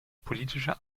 politische